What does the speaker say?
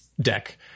deck